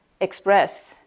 express